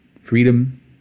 freedom